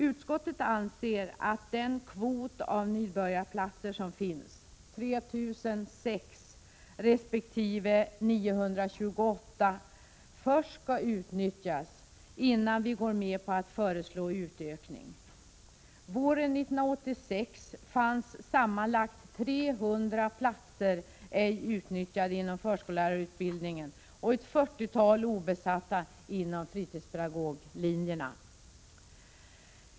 Utskottet anser att den kvot av nybörjarplatser som finns, 3 006 resp. 928, skall utnyttjas innan vi går med på att föreslå en utökning. Våren 1986 fanns sammanlagt 300 ej utnyttjade platser inom förskollärarutbildningen och ett fyrtiotal obesatta platser på fritidspedagoglinjerna.